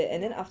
ya